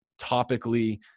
topically